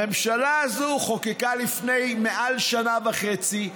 הממשלה הזו חוקקה לפני מעל שנה וחצי,